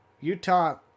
Utah